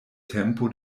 tempo